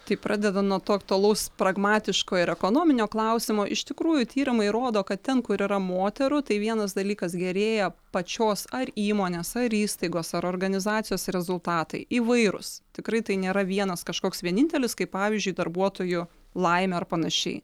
tai pradedan nuo to aktualaus pragmatiško ir ekonominio klausimo iš tikrųjų tyrimai rodo kad ten kur yra moterų tai vienas dalykas gerėja pačios ar įmonės ar įstaigos ar organizacijos rezultatai įvairūs tikrai tai nėra vienas kažkoks vienintelis kaip pavyzdžiui darbuotojų laimė ar panašiai